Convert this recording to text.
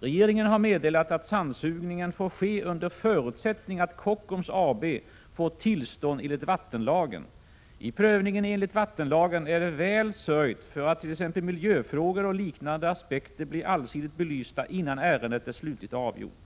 Regeringen har meddelat att sandsugningen får ske under förutsättning att Kockums AB får tillstånd enligt vattenlagen. I prövningen enligt vattenlagen är det väl sörjt för att t.ex. miljöfrågor och liknande aspekter blir allsidigt belysta, innan ärendet är slutligt avgjort.